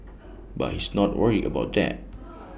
but he's not worried about that